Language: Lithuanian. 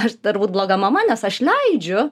aš turbūt bloga mama nes aš leidžiu